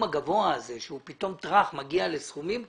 הגבוה הזה שהוא פתאום מגיע לסכומים כאלה,